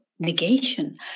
negation